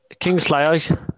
Kingslayer